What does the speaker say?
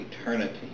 eternity